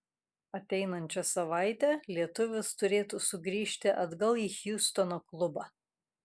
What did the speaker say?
ateinančią savaitę lietuvis turėtų sugrįžti atgal į hjustono klubą